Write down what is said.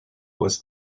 was